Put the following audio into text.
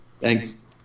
Thanks